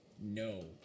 No